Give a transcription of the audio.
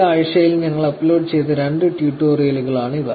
ഈ ആഴ്ചയിൽ ഞങ്ങൾ അപ്ലോഡ് ചെയ്ത രണ്ട് ട്യൂട്ടോറിയലുകളാണ് ഇവ